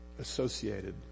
associated